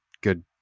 good